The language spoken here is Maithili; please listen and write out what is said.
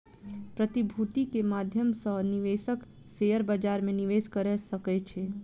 प्रतिभूति के माध्यम सॅ निवेशक शेयर बजार में निवेश कअ सकै छै